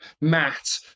Matt